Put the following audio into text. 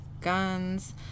guns